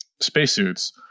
spacesuits